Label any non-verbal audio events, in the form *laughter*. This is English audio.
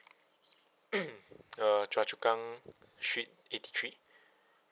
*noise* uh choa chu kang street eighty three